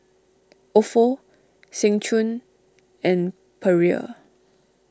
Ofo Seng Choon and Perrier